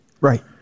Right